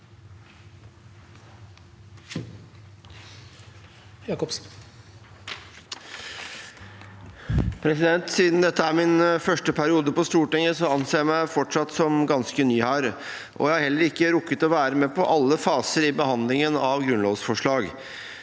Siden dette er min første periode på Stortinget, anser jeg meg fortsatt som ganske ny her. Jeg har heller ikke rukket å være med på alle faser i behandlingen av grunnlovsforslag.